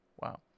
wow